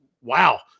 Wow